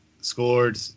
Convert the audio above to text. scored